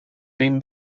been